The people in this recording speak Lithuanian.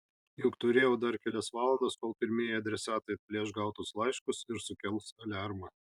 juk turėjau dar kelias valandas kol pirmieji adresatai atplėš gautus laiškus ir sukels aliarmą